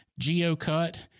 GeoCut